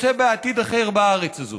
רוצה בעתיד אחר בארץ הזאת.